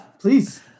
please